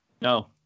No